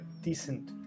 decent